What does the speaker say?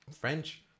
French